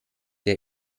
der